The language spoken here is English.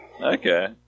Okay